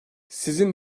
sizin